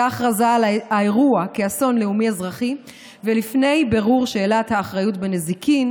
ההכרזה על האירוע כאסון לאומי-אזרחי ולפני בירור שאלת האחריות בנזיקין,